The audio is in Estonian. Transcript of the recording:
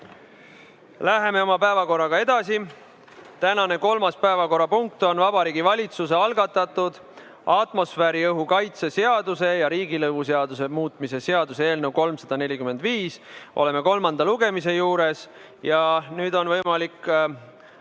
Läheme oma päevakorraga edasi. Tänane kolmas päevakorrapunkt on Vabariigi Valitsuse algatatud atmosfääriõhu kaitse seaduse ja riigilõivuseaduse muutmise seaduse eelnõu 345. Oleme kolmanda lugemise juures. Nüüd on võimalik